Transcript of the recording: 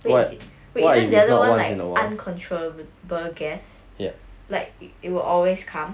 wait is it wait isn't the other one like uncontrollable guess like it will always come